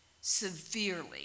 severely